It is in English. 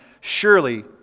Surely